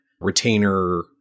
retainer